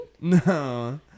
No